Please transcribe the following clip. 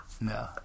No